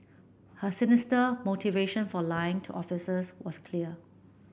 her sinister motivation for lying to officers was clear